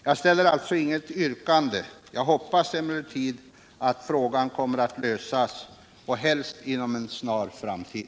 Jag ställer alltså inget yrkande. Jag hoppas emellertid att frågan kommer att lösas, helst inom en snar framtid.